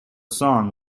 song